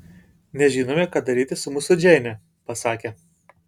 nežinome ką daryti su mūsų džeine pasakė